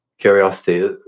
curiosity